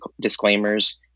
disclaimers